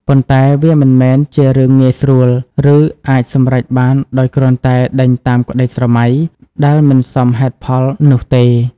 ប៉ុន្តែវាមិនមែនជារឿងងាយស្រួល ឬអាចសម្រេចបានដោយគ្រាន់តែ ដេញតាមក្តីស្រមៃដែលមិនសមហេតុផលនោះទេ។